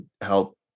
help